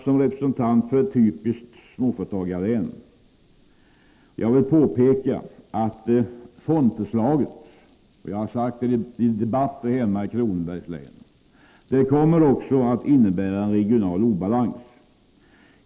Som representant för ett typiskt småföretagarlän vill jag påpeka att fondförslaget— jag har sagt det i debatten hemma i Kronobergs län — också kommer att innebära regional obalans.